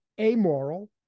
amoral